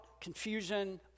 confusion